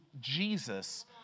Jesus